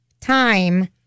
time